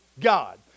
God